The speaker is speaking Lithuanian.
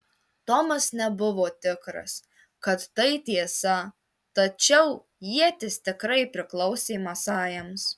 tomas nebuvo tikras kad tai tiesa tačiau ietis tikrai priklausė masajams